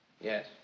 Yes